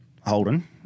Holden